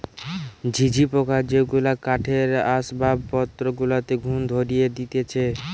ঝিঝি পোকা যেগুলা কাঠের আসবাবপত্র গুলাতে ঘুন ধরিয়ে দিতেছে